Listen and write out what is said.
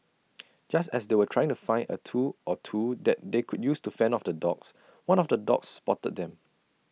just as they were trying to find A tool or two that they could use to fend off the dogs one of the dogs spotted them